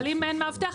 אבל אם אין מאבטח,